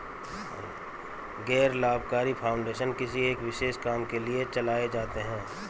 गैर लाभकारी फाउंडेशन किसी एक विशेष काम के लिए चलाए जाते हैं